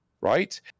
Right